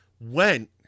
went